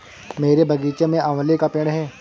मेरे बगीचे में आंवले का पेड़ है